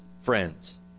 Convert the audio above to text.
friends